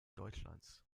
deutschlands